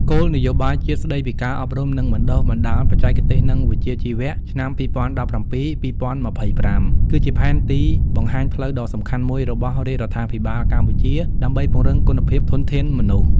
គោលនយោបាយជាតិស្តីពីការអប់រំ និងបណ្តុះបណ្តាលបច្ចេកទេស និងវិជ្ជាជីវៈឆ្នាំ២០១៧-២០២៥ គឺជាផែនទីបង្ហាញផ្លូវដ៏សំខាន់មួយរបស់រាជរដ្ឋាភិបាលកម្ពុជា ដើម្បីពង្រឹងគុណភាពធនធានមនុស្ស។